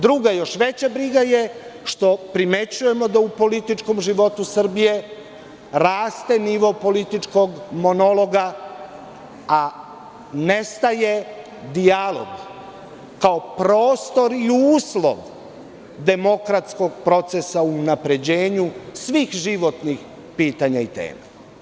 Druga, još veća briga je što primećujemo da u političkom životu Srbije raste nivo političkog monologa, a nestaje dijalog, kao prostor i uslov demokratskog procesa u unapređenju svih životnih pitanja i tema.